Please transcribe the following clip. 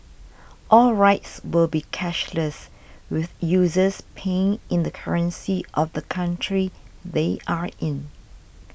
all rides will be cashless with users paying in the currency of the country they are in